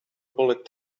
bullet